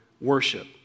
worship